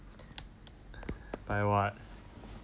buy what